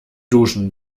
duschen